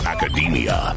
Academia